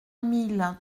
mille